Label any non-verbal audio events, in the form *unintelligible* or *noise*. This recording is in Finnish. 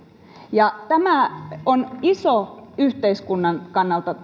ja tämä kysymys on iso myös yhteiskunnan kannalta *unintelligible*